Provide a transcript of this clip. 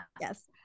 Yes